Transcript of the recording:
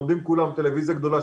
לומדים כולם בטלוויזיה גדולה,